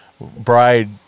bride